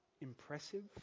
impressive